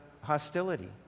hostility